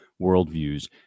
worldviews